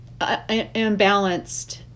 imbalanced